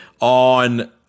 on